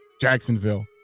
Jacksonville